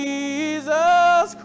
Jesus